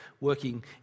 working